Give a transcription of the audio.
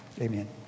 Amen